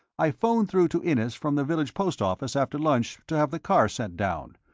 i phoned through to innes from the village post-office after lunch to have the car sent down.